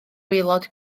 waelod